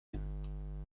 hin